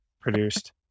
produced